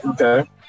okay